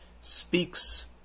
speaks